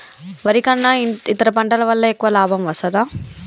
వరి కన్నా ఇతర పంటల వల్ల ఎక్కువ లాభం వస్తదా?